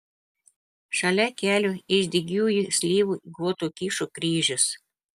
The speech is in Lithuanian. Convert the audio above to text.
šalia kelio iš dygiųjų slyvų guoto kyšo kryžius